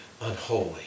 unholy